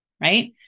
Right